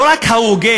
לא רק ההוגן,